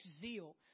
zeal